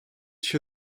się